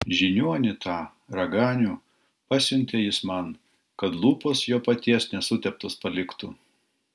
žiniuonį tą raganių pasiuntė jis man kad lūpos jo paties nesuteptos paliktų